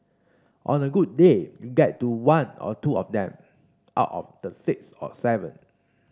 on a good day you get to one or two of them out of the six or seven